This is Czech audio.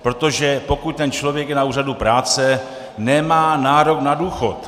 Protože pokud je ten člověk na úřadu práce, nemá nárok na důchod.